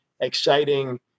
exciting